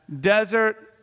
desert